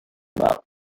about